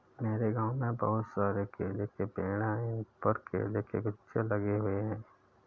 मेरे गांव में बहुत सारे केले के पेड़ हैं इन पर केले के गुच्छे लगे हुए हैं